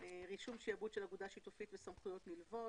רישום שעבוד של אגודה שיתופית וסמכויות נלוות.